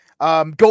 go